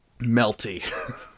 Melty